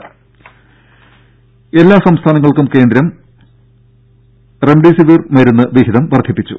ദ്ദേദ എല്ലാ സംസ്ഥാനങ്ങൾക്കും കേന്ദ്രം റെംഡിസിവർ മരുന്ന് വിഹിതം വർധിപ്പിച്ചു